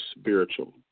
spiritual